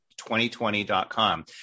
2020.com